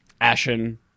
Ashen